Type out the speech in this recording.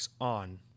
on